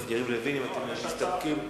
ויריב לוין, יש לי הצעה אחרת.